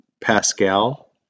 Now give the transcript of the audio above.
Pascal